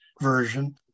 version